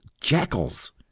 jackals